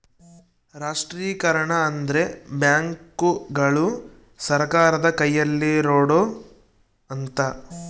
ರಾಷ್ಟ್ರೀಕರಣ ಅಂದ್ರೆ ಬ್ಯಾಂಕುಗಳು ಸರ್ಕಾರದ ಕೈಯಲ್ಲಿರೋಡು ಅಂತ